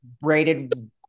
braided